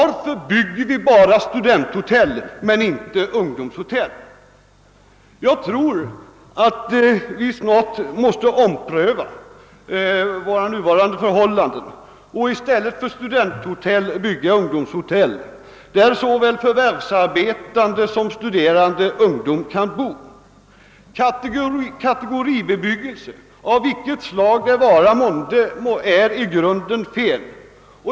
Varför bygger vi bara studenthotell men inte ungdomshotell? Jag tror att vi snart måste ompröva våra nuvarande förhållanden och i stället för studenthotell bygga ungdomshotell, där såväl förvärvsarbetande som studerande ungdom kan bo. Kategoribebyggelse, av vilket slag det vara må, är i grunden felaktig.